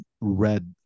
red